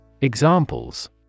Examples